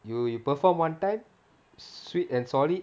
you you perform one time sweet and solid